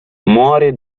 muore